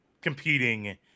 competing